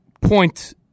point